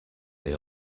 they